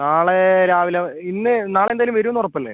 നാളെ രാവിലെ ഇന്ന് നാളെ എന്തായാലും വരുമെന്ന് ഉറപ്പല്ലേ